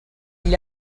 gli